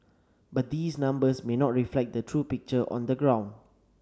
but these numbers may not reflect the true picture on the ground